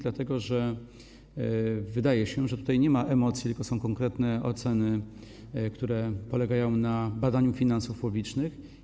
Dlatego że wydaje się, że tutaj nie ma emocji, tylko są konkretne oceny, które polegają na badaniu finansów publicznych.